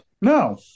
no